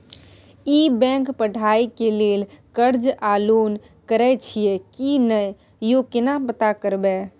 ई bank पढ़ाई के लेल कर्ज आ लोन करैछई की नय, यो केना पता करबै?